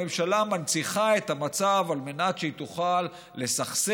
הממשלה מנציחה את המצב על מנת שהיא תוכל לסכסך,